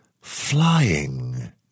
flying